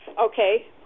Okay